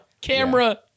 Camera